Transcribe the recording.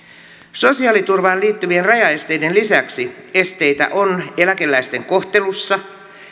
sosiaaliturvaan liittyvien rajaesteiden lisäksi esteitä on eläkeläisten kohtelussa